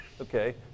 Okay